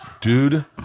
Dude